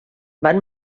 van